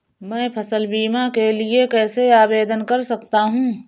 मैं फसल बीमा के लिए कैसे आवेदन कर सकता हूँ?